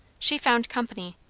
she found company.